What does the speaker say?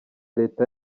leta